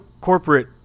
corporate